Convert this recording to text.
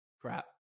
crap